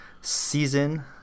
season